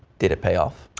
did it pay off.